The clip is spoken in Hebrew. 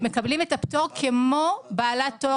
הם מקבלים את הפטור כמו בעלת תואר